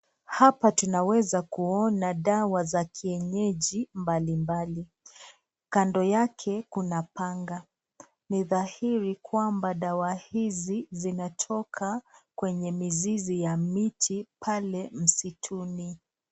Hapa tunaweza kuona dawa za kienyeji mbali mbali. Kando yake kuna panga. Ni dhahiri kwamba dawa hizi zinatoka kwenye mizizi ya miti pale msituni.